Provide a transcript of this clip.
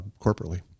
corporately